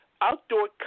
outdoor